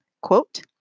Quote